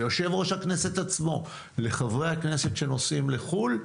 ליושב-ראש הכנסת עצמו, לחברי הכנסת שנוסעים לחו"ל,